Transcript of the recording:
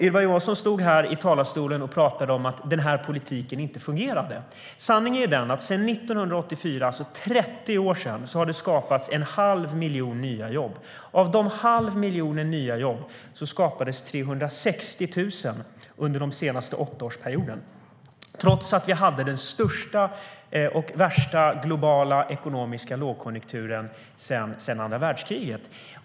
Ylva Johansson stod här i talarstolen och talade om att denna politik inte fungerade. Sanningen är den att sedan 1984, för 30 år sedan, har det skapats en halv miljon nya jobb. Av den halva miljonen nya jobb skapades 360 000 under den senaste åttaårsperioden trots att vi hade den största och värsta globala ekonomiska lågkonjunkturen sedan andra världskriget.